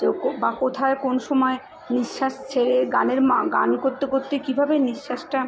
তো কোথায় কোন সময় নিঃশ্বাস ছেড়ে গানের গান করতে করতে কীভাবে নিঃশ্বাসটা